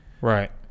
right